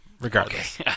regardless